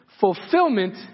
fulfillment